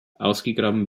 ausgegraben